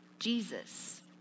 Jesus